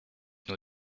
nur